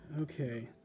Okay